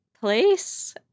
place